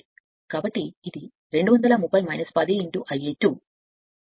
కాబట్టి ఇది 2 230 10 Ia 2 Eb 1 Eb 2 230 230 10 Ia 2 x చెప్పండి